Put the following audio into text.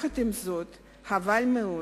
עם זאת, חבל מאוד